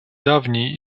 давние